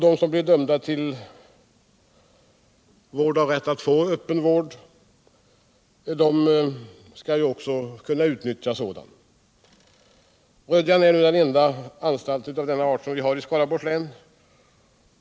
De som blir dömda med rätt att få öppen vård skall ju också kunna utnyttja sådan. Rödjan är nu den enda anstalt av denna art som vi har i Skaraborgs län.